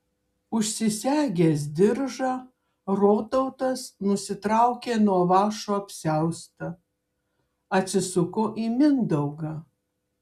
užsisegęs diržą rotautas nusitraukė nuo vąšo apsiaustą atsisuko į mindaugą